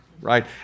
right